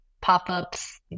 pop-ups